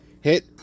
hit